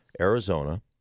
Arizona